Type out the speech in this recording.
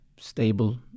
stable